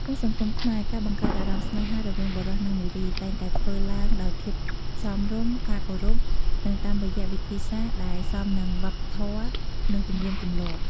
ក្នុងសង្គមខ្មែរ ការបង្កើតអារម្មណ៍ស្នេហារវាងបុរសនិងនារី តែងតែធ្វើឡើងដោយភាពសមរម្យ ការគោរព និងតាមរយៈវិធីសាស្ត្រដែលសមនឹងវប្បធម៍និងទំនៀមទំលាប់។